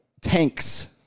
tanks